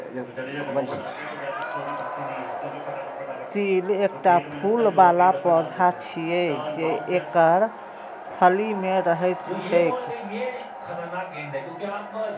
तिल एकटा फूल बला पौधा छियै, जे एकर फली मे रहैत छैक